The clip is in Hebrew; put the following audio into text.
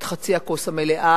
ראינו את חצי הכוס המלאה.